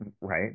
Right